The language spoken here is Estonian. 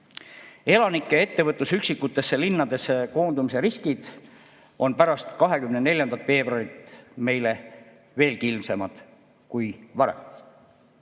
Elanike ja ettevõtluse üksikutesse linnadesse koondumise riskid on pärast 24. veebruari meile veelgi ilmsemad kui varem.